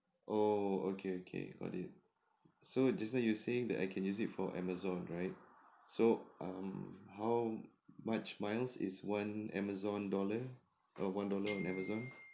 oh okay okay got it so just now you saying that I can use it for amazon right so um how much miles is one amazon dollar a one dollar on amazon